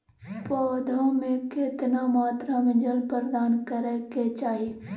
पौधों में केतना मात्रा में जल प्रदान करै के चाही?